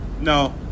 no